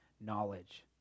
knowledge